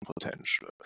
potential